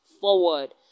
forward